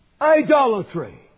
idolatry